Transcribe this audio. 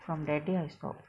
from that day I stopped